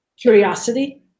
curiosity